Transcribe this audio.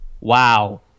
wow